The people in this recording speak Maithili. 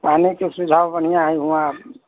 पानीके सुविधा बढ़िआँ हइ वहाँ